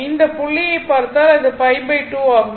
இந்த புள்ளியைப் பார்த்தால் அது π2 ஆகும்